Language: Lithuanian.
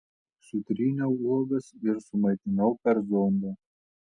sutryniau uogas ir sumaitinau per zondą